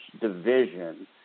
division